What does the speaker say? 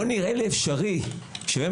לא נראה לי אפשרי שהיום,